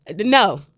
No